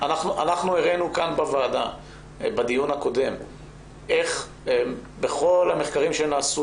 אנחנו הראנו בוועדה בדיון הקודם איך בכל המחקרים שנעשו